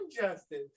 Justice